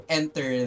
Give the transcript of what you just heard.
enter